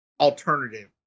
alternative